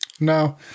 No